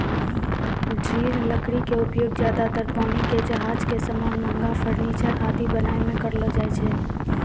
दृढ़ लकड़ी के उपयोग ज्यादातर पानी के जहाज के सामान, महंगा फर्नीचर आदि बनाय मॅ करलो जाय छै